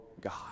God